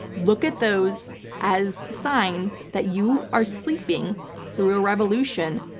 look at those as signs that you are sleeping through a revolution,